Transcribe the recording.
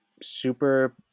super